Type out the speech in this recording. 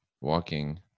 walking